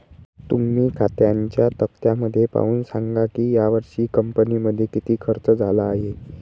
तुम्ही खात्यांच्या तक्त्यामध्ये पाहून सांगा की यावर्षी कंपनीमध्ये किती खर्च झाला आहे